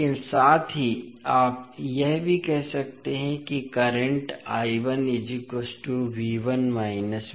लेकिन साथ ही आप यह भी कह सकते हैं कि करंट का मान